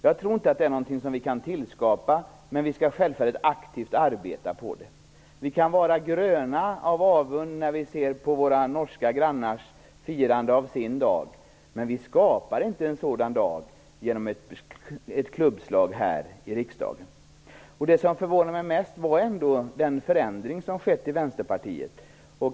Jag tror inte att det är något som vi kan tillskapa, men vi skall självfallet aktivt arbeta på det. Vi kan vara gröna av avund när vi ser på våra norska grannars firande av sin dag, men vi skapar inte en sådan dag genom ett klubbslag här i riksdagen. Det som förvånar mig mest är ändå den förändring som skett i Vänsterpartiet.